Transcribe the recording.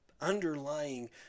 underlying